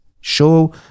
Show